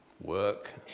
work